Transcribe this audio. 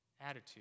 attitude